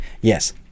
Yes